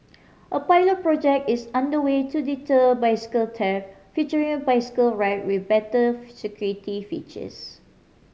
a pilot project is under way to deter bicycle theft featuring a bicycle rack with better security features